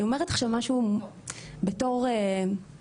אני אומרת עכשיו משהו בתור אמא,